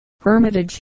Hermitage